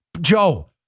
Joe